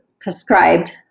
prescribed